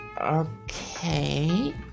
okay